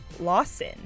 Lawson